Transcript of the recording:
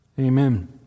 Amen